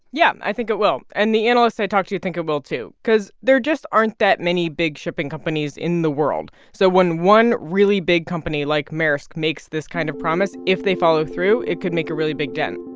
yeah, i think it will. and the analysts i talked to think it will, too, because there just aren't that many big shipping companies in the world. so when one really big company, like maersk, makes this kind of promise, if they follow through, it could make a really big dent.